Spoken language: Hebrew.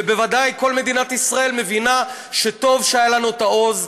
ובוודאי כל מדינת ישראל מבינה שטוב שהיה לנו העוז,